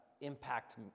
impact